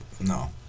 no